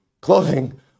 clothing